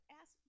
ask